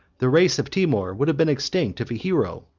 the race of timour would have been extinct, if a hero,